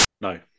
No